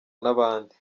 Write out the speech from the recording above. n’abandi